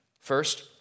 First